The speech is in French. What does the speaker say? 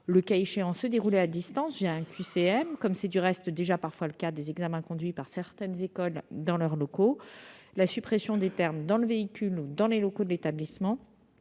le cas échéant, se dérouler à distance un QCM, comme c'est du reste déjà parfois le cas des examens conduits par certaines écoles dans leurs locaux. La suppression des termes « dans le véhicule ou dans les locaux de l'établissement